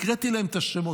קראתי להם את השמות.